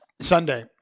Sunday